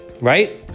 Right